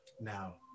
Now